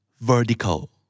Vertical